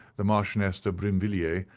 the marchioness de brinvilliers,